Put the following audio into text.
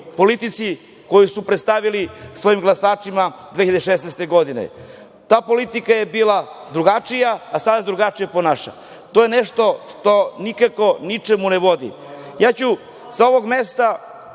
politici koju su predstavili svojim glasačima 2016. godine. Ta politika je bila drugačija, a sada se drugačije ponaša. To je nešto što nikako ničemu ne vodi. Ja ću sa ovog mesta